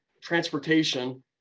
transportation